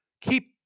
keep